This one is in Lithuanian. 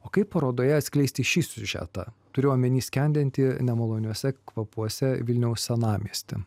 o kaip parodoje atskleisti šį siužetą turiu omeny skendinti nemaloniuose kvapuose vilniaus senamiesty